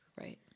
Right